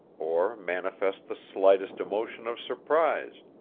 or manifest the slightest emotion of surprise,